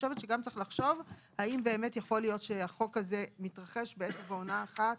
חושבת שצריך לחשוב האם באמת יכול להיות שהחוק הזה מתרחש בעת ובעונה אחת